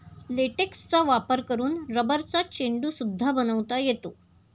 लेटेक्सचा वापर करून रबरचा चेंडू सुद्धा बनवता येतो